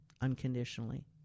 unconditionally